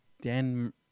Dan